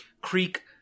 Creek